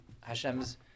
Hashem's